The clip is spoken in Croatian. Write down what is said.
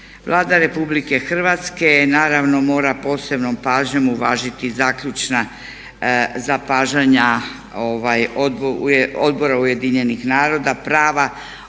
Vlada Republike Hrvatske naravno mora posebnom pažnjom uvažiti zaključna zapažanja Odbora UN-a prava osoba